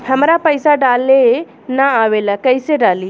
हमरा पईसा डाले ना आवेला कइसे डाली?